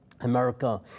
America